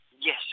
Yes